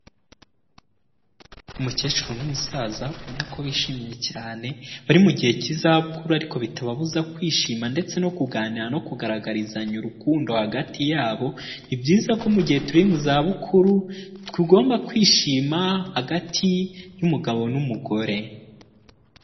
Umukecuru n'umusaza ubona ko bishimye cyane, bari mu gihe cy'izabukuru ariko bitababuza kwishima ndetse no kuganira no kugaragarizanya urukundo hagati yabo, ni byiza ko mugihe turi mu za bukuru tugomba kwishima hagati y'umugabo n'umugore.